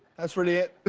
that's really it.